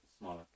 smaller